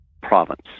province